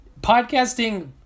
podcasting